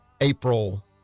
April